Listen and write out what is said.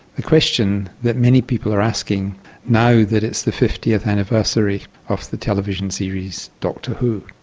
the question that many people are asking now that it's the fiftieth anniversary of the television series doctor who.